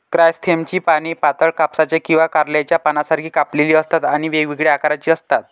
क्रायसॅन्थेममची पाने पातळ, कापसाच्या किंवा कारल्याच्या पानांसारखी कापलेली असतात आणि वेगवेगळ्या आकाराची असतात